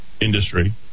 industry